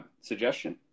suggestion